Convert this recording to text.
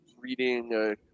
reading